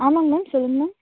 ஆமாங்க மேம் சொல்லுங்கள் மேம்